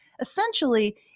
Essentially